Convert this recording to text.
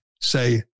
say